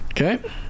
Okay